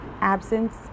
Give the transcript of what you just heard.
Absence